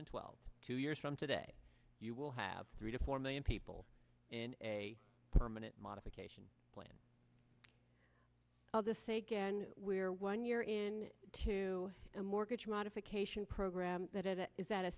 and twelve two years from today you will have three to four million people in a permanent modification plan i'll just say again we're one year in to a mortgage modification program that it is that a